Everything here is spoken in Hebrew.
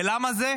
ולמה זה?